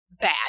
bad